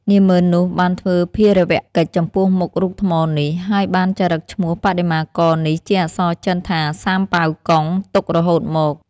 នាហ្មឺននោះ បានធ្វើគារវកិច្ចចំពោះមុខរូបថ្មនេះ ហើយបានចារឹកឈ្មោះបដិមាករនេះជាអក្សរចិនថា សាមប៉ាវកុង ទុករហូតមក ។